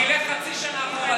תלך חצי שנה אחורה,